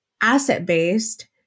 asset-based